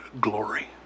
glory